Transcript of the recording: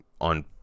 on